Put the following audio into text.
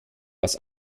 was